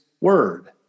word